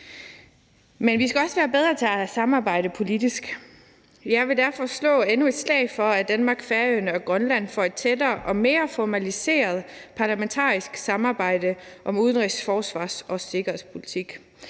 Men vi skal også være bedre til at samarbejde politisk. Jeg vil derfor slå endnu et slag for, at Danmark, Færøerne og Grønland får et tættere og mere formaliseret parlamentarisk samarbejde om udenrigs-, forsvars- og sikkerhedspolitik,